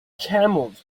camels